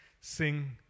sing